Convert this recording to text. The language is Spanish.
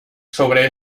sobre